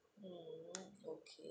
mm okay